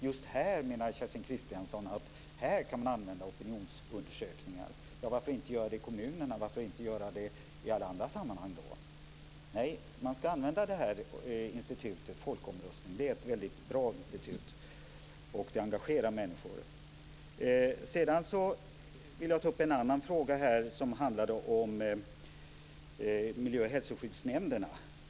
Just här, menar Kerstin Kristiansson Karlstedt, kan man använda opinionsundersökningar. Varför då inte göra det i kommunerna och i alla andra sammanhang? Nej, man ska använda institutet folkomröstning. Det är ett väldigt bra institut, och det engagerar människor. Sedan vill jag ta upp frågan om miljö och hälsoskyddsnämnderna.